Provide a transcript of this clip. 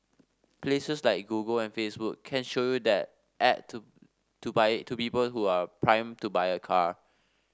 places like Google and Facebook can show you that ad to to by to people who are primed to buy a car